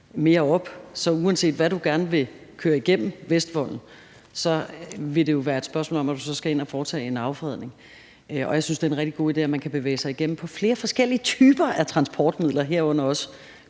er isoleret, bl.a. pga. Vestvolden, mere op, så vil det jo være et spørgsmål om at foretage en affredning. Jeg synes, det er en rigtig god idé, at man kan bevæge sige igennem på flere forskellige typer af transportmidler, herunder busser